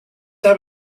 that